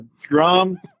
drum